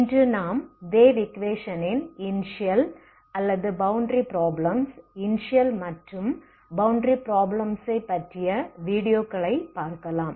இன்று நாம் வேவ் ஈக்வேஷனின் இனிசியல் அல்லது பௌண்டரி பிராபிளம்ஸ் இனிசியல் மற்றும் பௌண்டரி பிராபிளம்ஸை பற்றிய வீடியோகளை பார்க்கலாம்